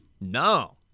No